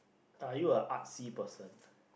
are you a artsy person